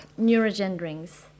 Neurogenderings